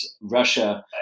Russia